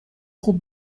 خوب